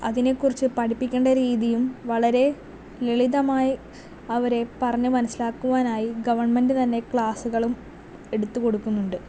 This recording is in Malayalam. അതിനെക്കുറിച്ച് പഠിപ്പിക്കേണ്ട രീതിയും വളരെ ലളിതമായി അവരെ പറഞ്ഞ് മനസ്സിലാക്കുവാനായി ഗെവൺമെൻറ് തന്നെ ക്ലാസ്സുകളും എടുത്ത് കൊടുക്കുന്നുണ്ട്